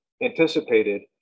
anticipated